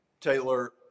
Taylor